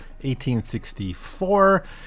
1864